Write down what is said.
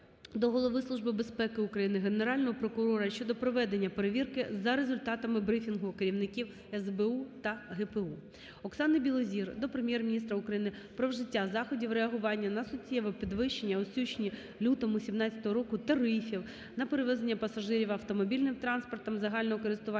до Голови Служби безпеки України, Генерального прокурора щодо проведення перевірки за результатами брифінгу керівників СБУ та ГПУ. Оксани Білозір до Прем'єр-міністра України про вжиття заходів реагування на суттєве підвищення у січні-лютому 2017 року тарифів на перевезення пасажирів автомобільним транспортом загального користування